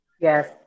Yes